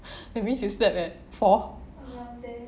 that means you slept at four